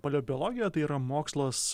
paleobiologija tai yra mokslas